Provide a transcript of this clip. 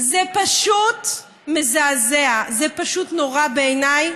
זה פשוט מזעזע, זה פשוט נורא בעיניי,